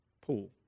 pool